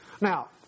Now